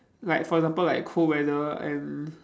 like for example like cold weather and